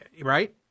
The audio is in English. Right